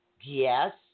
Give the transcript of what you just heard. Yes